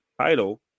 title